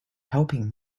helping